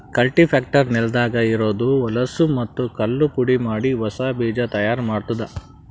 cultipacker ನೆಲದಾಗ ಇರದ್ ಹೊಲಸೂ ಮತ್ತ್ ಕಲ್ಲು ಪುಡಿಮಾಡಿ ಹೊಸಾ ಬೀಜ ತೈಯಾರ್ ಮಾಡ್ತುದ